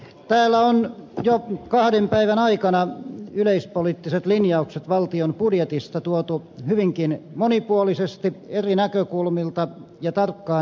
täällä on jo kahden päivän aikana yleispoliittiset linjaukset valtion budjetista tuotu hyvinkin monipuolisesti eri näkökulmilta ja tarkkaan esille